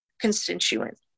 constituent